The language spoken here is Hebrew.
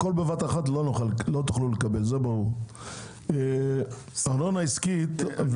לא תוכלו לקבל את הכל בבת אחת, זה ברור.